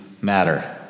matter